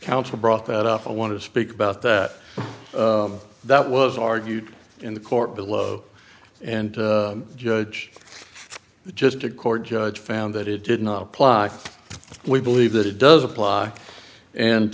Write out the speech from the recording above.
counsel brought that up i want to speak about that that was argued in the court below and judge just a court judge found that it did not apply we believe that it does apply and